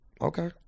Okay